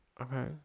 Okay